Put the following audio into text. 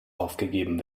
aufgegeben